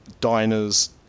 diners